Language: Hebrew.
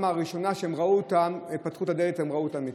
הראשונה שהם פתחו את הדלת וראו אותם מתים.